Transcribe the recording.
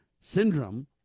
syndrome